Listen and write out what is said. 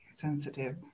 sensitive